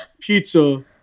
pizza